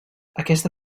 aquesta